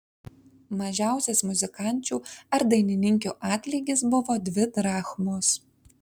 mažiausias muzikančių ar dainininkių atlygis buvo dvi drachmos